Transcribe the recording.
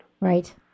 Right